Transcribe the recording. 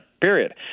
period